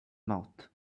mouth